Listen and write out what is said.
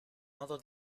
modo